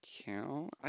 count